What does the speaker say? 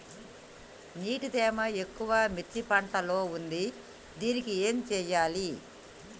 నీటి తేమ ఎక్కువ మిర్చి పంట లో ఉంది దీనికి ఏం చేయాలి?